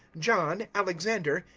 john, alexander,